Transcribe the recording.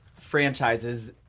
franchises